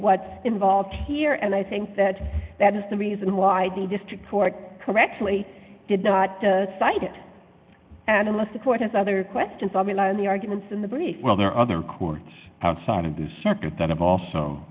what's involved here and i think that that is the reason why the district court correctly did not cite it and unless the court has other questions all the arguments in the brief well there are other courts outside of this circuit that have also